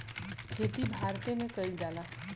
खेती भारते मे कइल जाला